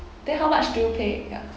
then how much do you pay ya